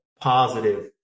positive